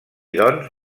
doncs